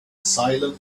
silent